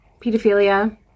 pedophilia